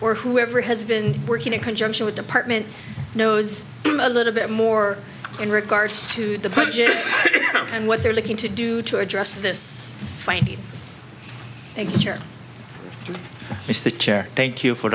or whoever has been working in conjunction with department knows a little bit more in regards to the budget and what they're looking to do to address this fine thank you here is the chair thank you for